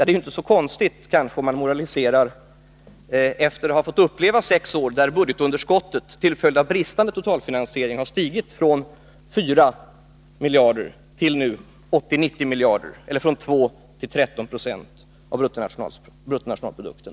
Det är inte så konstigt att man moraliserar efter att ha fått uppleva sex år då budgetunderskottet till följd av bristande totalfinansiering har stigit från 4 miljarder till 80-90 miljarder, eller från 2 till 13 90 av bruttonationalprodukten.